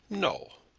no.